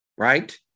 Right